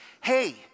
hey